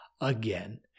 again